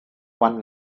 one